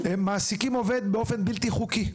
מעסיקים עובד באופן בלתי חוקי.